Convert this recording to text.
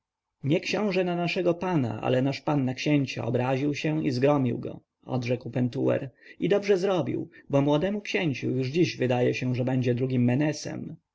nie książę na naszego pana ale nasz pan na księcia obraził się i zgromił go odrzekł pentuer i dobrze zrobił bo młodemu księciu już dziś wydaje się że będzie drugim menesem